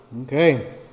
Okay